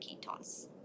ketones